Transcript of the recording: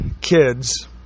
kids